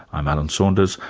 i'm alan saunders,